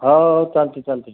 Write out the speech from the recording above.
हो हो चालतं आहे चालतं आहे